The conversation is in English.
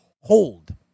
hold